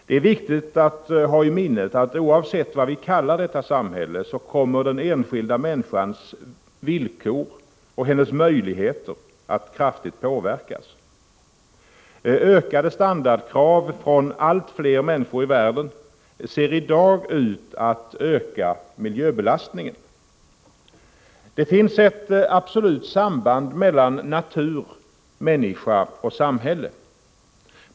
Det är viktigt att ha i minnet att oavsett vad vi kallar detta samhälle kommer den enskilda människans villkor och möjligheter att kraftigt påverkas. Ökade standardkrav från allt fler människor i världen ser i dag ut att öka miljöbelastningen. Det finns ett absolut samband mellan natur, människa och samhälle.